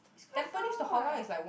it's quite far